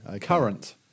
Current